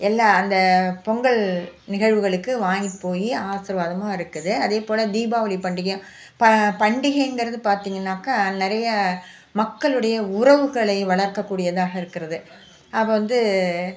எல்லா அந்த பொங்கல் நிகழ்வுகளுக்கு வாங்கிட்டு போய் ஆசிர்வாதமும் இருக்குது அதே போல் தீபாவளி பண்டிகை ப பண்டிகைங்கிறது வந்து பார்த்திங்கனாக்கா நிறைய மக்களுடைய உறவுகளை வளர்க்கக்கூடியதாக இருக்கிறது அப்போ வந்து